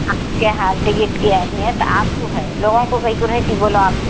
آپ کے ہال کے ٹکٹ کی اہمیت آپ کو ہے لوگوں کو کائی کو رہتی بولو آپ